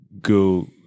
go